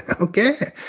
Okay